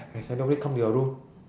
has anybody come to your room